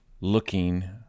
looking